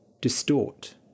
distort